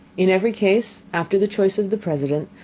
in every case, after the choice of the president,